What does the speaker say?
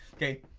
okay,